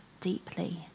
deeply